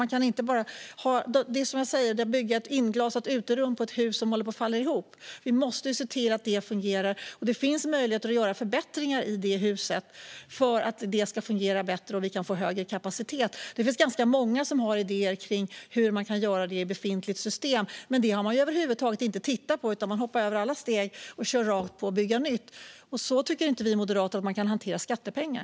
Man ska inte bygga ett inglasat uterum på ett hus som håller på att falla ihop. Vi måste se till att det fungerar. Det finns möjligheter att göra förbättringar i det huset för att det ska fungera bättre, så att vi kan få högre kapacitet. Det finns ganska många som har idéer kring hur detta kan göras i befintligt system. Men det har man över huvud taget inte tittat på, utan man hoppar över alla steg och kör rakt på att bygga nytt. Så tycker inte vi moderater att man kan hantera skattepengar.